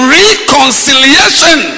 reconciliation